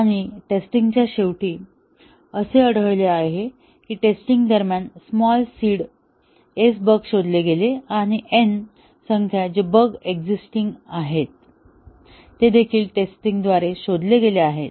आणि टेस्टिंग च्या शेवटी असे आढळले की टेस्टिंग दरम्यान स्मॉल सीड s बग शोधले गेले आणि n संख्या बग जे एक्सिस्टिंग आहेत ते देखील टेस्टिंग द्वारे शोधले गेले आहेत